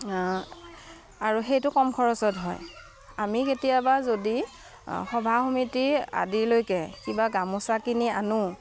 আৰু সেইটো কম খৰচত হয় আমি কেতিয়াবা যদি সভা সমিতি আদিলৈকে কিবা গামোচা কিনি আনোঁ